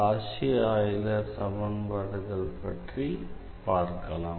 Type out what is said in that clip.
Cauchy Euler சமன்பாடுகள் பற்றி பார்க்கலாம்